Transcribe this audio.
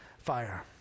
fire